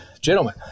gentlemen